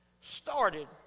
started